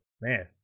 Man